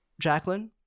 Jacqueline